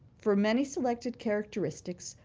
for many selected characteristics,